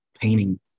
painting